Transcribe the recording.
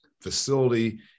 facility